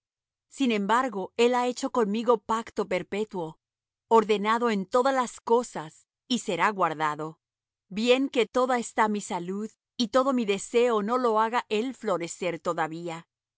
sin embargo él ha hecho conmigo pacto perpetuo ordenado en todas las cosas y será guardado bien que toda esta mi salud y todo mi deseo no lo haga él florecer todavía